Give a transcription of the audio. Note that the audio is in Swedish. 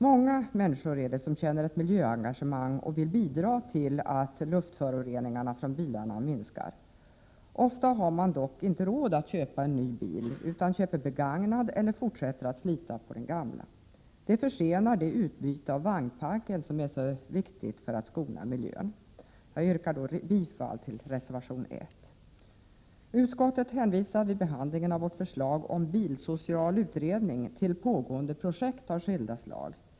Många människor känner ett miljöengagemang och vill bidra till att luftföroreningarna från bilarna minskar. Ofta har man dock inte råd att köpa ny bil utan köper begagnad eller fortsätter att slita på den gamla. Detta försenar det utbyte av vagnparken som är så viktigt för att skona miljön. Jag yrkar bifall till reservation 1. Utskottet hänvisar vid behandlingen av vårt förslag om bilsocial utredning till pågående projekt av skilda slag.